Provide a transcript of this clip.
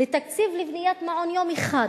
לתקציב לבניית מעון יום אחד.